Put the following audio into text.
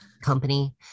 company